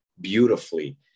beautifully